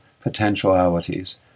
potentialities